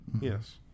Yes